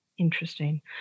Interesting